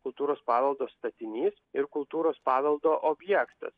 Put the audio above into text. kultūros paveldo statinys ir kultūros paveldo objektas